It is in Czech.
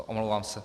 Omlouvám se.